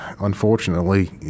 unfortunately